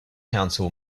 council